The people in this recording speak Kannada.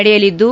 ನಡೆಯಲಿದ್ದು